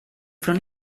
från